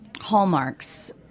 hallmarks